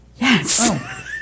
Yes